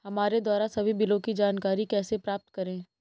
हमारे द्वारा सभी बिलों की जानकारी कैसे प्राप्त करें?